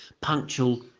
punctual